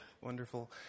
Wonderful